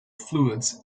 fluids